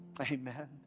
amen